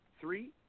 three